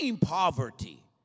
poverty